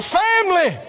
family